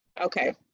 Okay